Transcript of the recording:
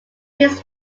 his